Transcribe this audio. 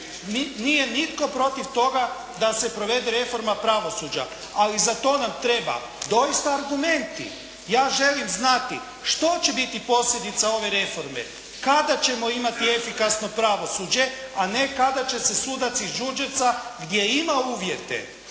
Nije nitko protiv toga da se provede reforma pravosuđa, ali za to nam treba doista argumenti. Ja želim znati što će biti posljedica ove reforme. Kada ćemo imati efikasno pravosuđe, a ne kada će se sudac iz Đurđevca gdje ima uvjete,